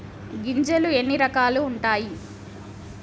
గింజలు ఎన్ని రకాలు ఉంటాయి?